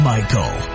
Michael